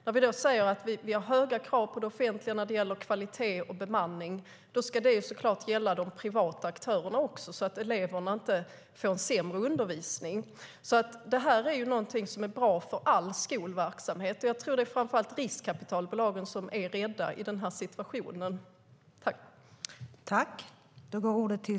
När vi då säger att vi har höga krav på det offentliga när det gäller kvalitet och bemanning ska det såklart gälla även de privata aktörerna så att eleverna där inte får en sämre undervisning.